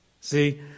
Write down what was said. See